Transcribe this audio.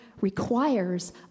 requires